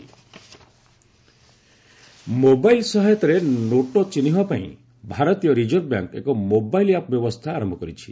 RBI app note mobile ସହାୟତାରେ note ଚିହ୍ନିବାପାଇଁ ଭାରତୀୟ ରିଜର୍ଭ ବ୍ୟାଙ୍କ୍ ଏକ ମୋବାଇଲ୍ ଆପ୍ ବ୍ୟବସ୍ଥା ଆରମ୍ଭ କରିଛି